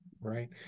right